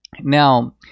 Now